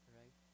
right